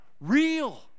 real